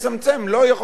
לא תהיינה פגיעות.